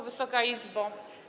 Wysoka Izbo!